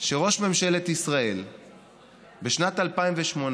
שראש ממשלת ישראל בשנת 2018,